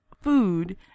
food